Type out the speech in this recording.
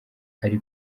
ari